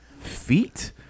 feet